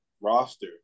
roster